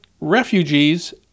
refugees